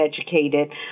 educated